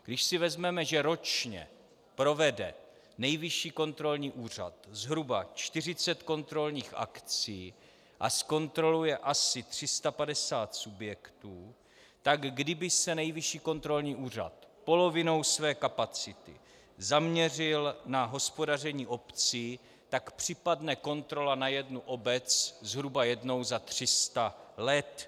Když si vezmeme, že ročně provede Nejvyšší kontrolní úřad zhruba 40 kontrolních akcí a zkontroluje asi 350 subjektů, tak kdyby se Nejvyšší kontrolní úřad polovinou své kapacity zaměřil na hospodaření obcí, připadne kontrola na jednu obec zhruba jednou za 300 let.